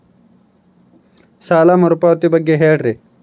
ಸಾಲ ಮರುಪಾವತಿ ಬಗ್ಗೆ ಹೇಳ್ರಿ?